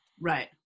Right